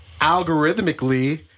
algorithmically